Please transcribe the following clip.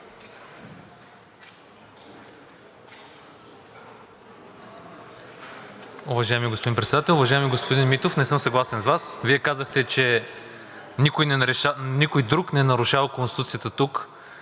Вие казахте, че никой друг не нарушава Конституцията тук.